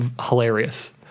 hilarious